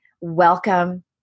welcome